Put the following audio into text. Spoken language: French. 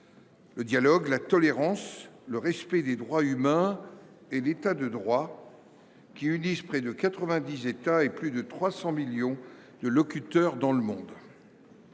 le dialogue, la tolérance, le respect des droits humains et de l’État de droit, valeurs qui unissent près de 90 États et plus de 300 millions de locuteurs dans le monde.